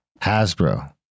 Hasbro